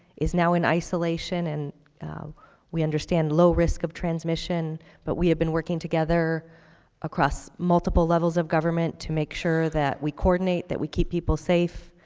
is now in isolation and we understand low risk of transmission but we have been working together across multiple levels of government to make sure that we coordinate, that we keep people safe.